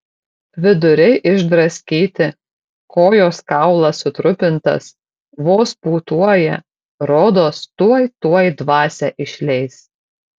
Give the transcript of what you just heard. viduriai išdraskyti kojos kaulas sutrupintas vos pūtuoja rodos tuoj tuoj dvasią išleis